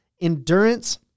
endurance